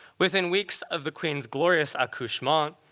within weeks of the queens glorious accouchement,